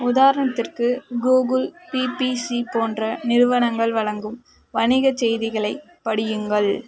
உதாரணத்திற்கு Google BBC போன்ற நிறுவனங்கள் வழங்கும் வணிகச் செய்திகளைப் படியுங்கள்